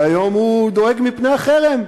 והיום הוא דואג מפני החרם.